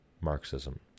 Marxism